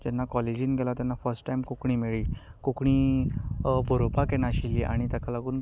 जेन्ना कॉलेजींत गेलो तेन्ना फर्स्ट टायम कोंकणी मेळ्ळी कोंकणी बरोवपाक येनाशिल्ली आनी ताका लागून